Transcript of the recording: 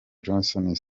johnson